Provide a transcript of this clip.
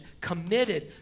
committed